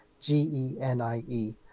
G-E-N-I-E